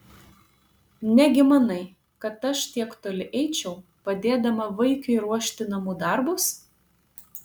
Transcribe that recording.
negi manai kad aš tiek toli eičiau padėdama vaikiui ruošti namų darbus